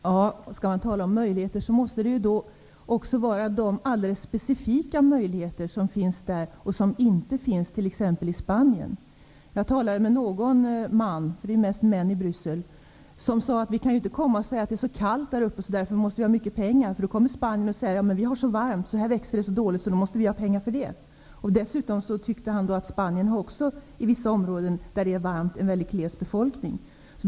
Herr talman! Skall man tala om möjligheter måste det gälla de alldeles specifika möjligheter som finns där men t.ex. inte i Spanien. Jag talade med någon man -- det är ju mest män i Bryssel -- som sade att vi inte kan säga att det är så kallt där uppe att vi måste få mycket pengar, för då kommer spanjorerna att säga: Ja, men vi har det så varmt och det växer så dåligt hos oss att vi måste ha pengar för det. Han pekade också på att Spanien inom vissa varma områden har en mycket gles befolkning.